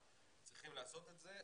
צריכים לעשות את זה.